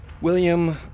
William